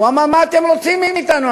הוא אמר: מה אתם רוצים מאתנו?